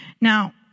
Now